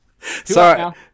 sorry